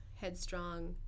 headstrong